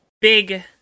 big